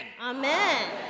Amen